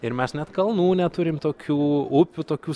ir mes net kalnų neturim tokių upių tokių